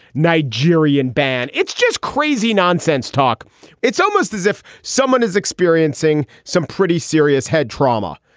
nigerian ban. it's just crazy nonsense talk it's almost as if someone is experiencing some pretty serious head trauma,